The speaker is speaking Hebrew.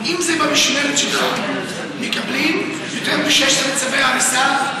אם במשמרת שלך מקבלים יותר מ-16 צווי הריסה,